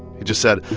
he just said,